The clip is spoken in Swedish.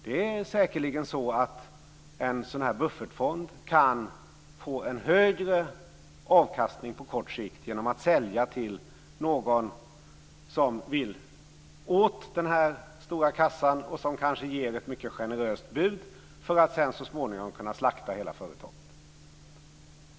Det är säkerligen så att en sådan här buffertfond kan få en högre avkastning på kort sikt genom att sälja till någon som vill åt den här stora kassan och som kanske ger ett mycket generöst bud för att sedan så småningom kunna slakta hela företaget.